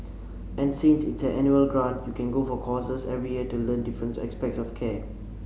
and since it's an annual grant you can go for courses every year to learn different aspects of care